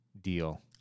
deal